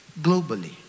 globally